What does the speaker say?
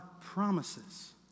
promises